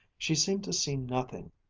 she seemed to see nothing,